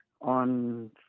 on